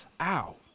Ow